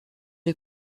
est